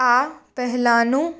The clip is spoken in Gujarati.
આ પહેલાંનું